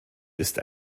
ist